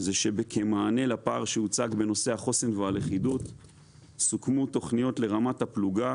זה שכמענה לפער שהוצג בנושא החוסן והלכידות סוכמו תכניות לרמת הפלוגה,